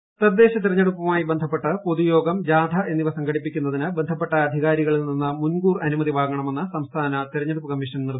അനുമതി വാങ്ങണം തദ്ദേശ തിരഞ്ഞെടുപ്പുമായി ബന്ധപ്പെട്ട് പൊതുയോഗം ജാഥ എന്നിവ സംഘടിപ്പിക്കുന്നതിന് ബന്ധപ്പെട്ട അധികാരികളിൽ നിന്നു മുൻകൂർ അനുമതി വാങ്ങണമെന്ന് സംസ്ഥാന തെരഞ്ഞെടുപ്പ് കമ്മീഷൻ നിർദ്ദേശിച്ചു